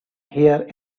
here